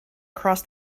across